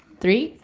three,